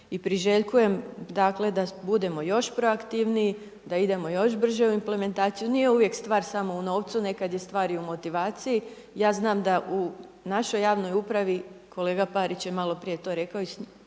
i priželjkujem da budemo još proaktivniji, da idemo još brže u implementaciju. Nije uvijek stvar samo u novcu, nekad je stvar i u motivaciji. Ja znam da u našoj javnoj upravi kolega Parić je malo prije to rekao i